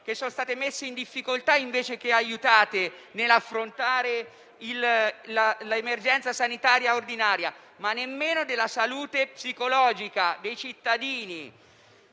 che sono state messe in difficoltà invece che aiutate ad affrontare l'emergenza sanitaria ordinaria, ma anche di salute psicologica dei cittadini,